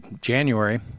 January